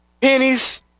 pennies